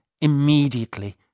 immediately